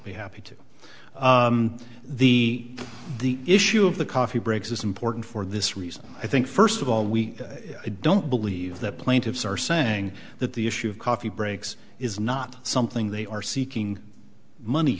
be happy to the the issue of the coffee breaks is important for this reason i think first of all we don't believe the plaintiffs are saying that the issue of coffee breaks is not something they are seeking money